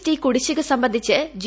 T കുടിശ്ശിക സംബന്ധിച്ച് G